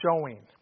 showing